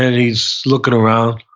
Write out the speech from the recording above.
and he's looking around,